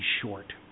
short